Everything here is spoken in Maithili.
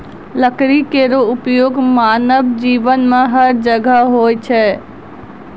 लकड़ी केरो उपयोग मानव जीवन में हर जगह होय छै